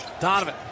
Donovan